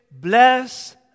bless